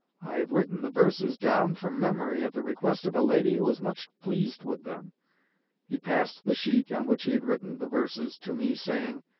i have written the verses down from memory, at the request of a lady who is much pleased with them he passed the sheet, on which he had written the verses, to me, saying,